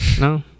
no